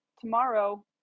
Tomorrow